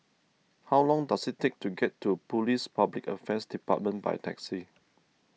how long does it take to get to Police Public Affairs Department by taxi